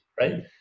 right